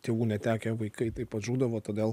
tėvų netekę vaikai taip pat žūdavo todėl